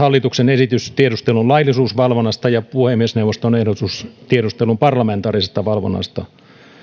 hallituksen esitys tiedustelun laillisuusvalvonnasta ja puhemiesneuvoston ehdotus tiedustelun parlamentaarisesta valvonnasta